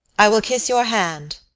i will kiss your hand,